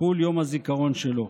יחול יום הזיכרון שלו.